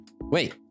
wait